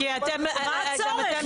כי אתם, מה הצורך?